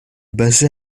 basée